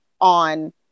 on